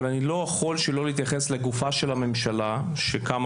אבל אני לא יכול שלא להתייחס לגופה של הממשלה שקמה